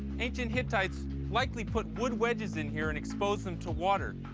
ancient hittites likely put wood wedges in here and exposed them to water,